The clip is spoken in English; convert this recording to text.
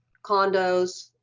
condos,